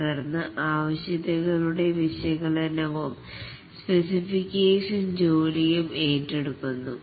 തുടർന്ന് ആവശ്യകത കളുടെ വിശകലനവും സ്പെസിഫിക്കേഷൻ ജോലിയും ഏറ്റെടുക്കുന്നു